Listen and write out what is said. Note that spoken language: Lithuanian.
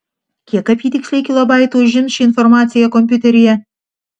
kiek apytiksliai kilobaitų užims ši informacija kompiuteryje